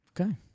Okay